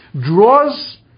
draws